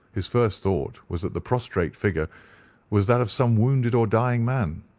his first thought was that the prostrate figure was that of some wounded or dying man,